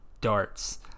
darts